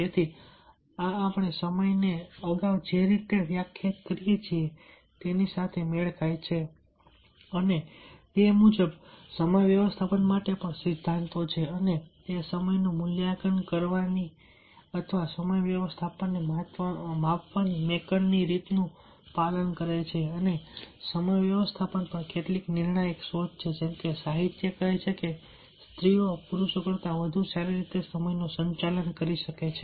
તેથી આ આપણે સમયને અગાઉ જે રીતે વ્યાખ્યાયિત કરીએ છીએ તેની સાથે મેળ ખાય છે અને તે મુજબ સમય વ્યવસ્થાપન માટે પણ સિદ્ધાંતો છે અને તે સમયનું મૂલ્યાંકન કરવાની અથવા સમય વ્યવસ્થાપનને માપવાની આ મેકન ની રીતનું પણ પાલન કરે છે અને સમય વ્યવસ્થાપન પર કેટલીક નિર્ણાયક શોધ છે જેમકે સાહિત્ય કહે છે કે સ્ત્રીઓ પુરૂષો કરતાં વધુ સારી રીતે સમયનું સંચાલન કરે છે